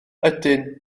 ydyn